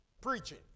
Preaching